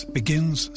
begins